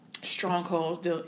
strongholds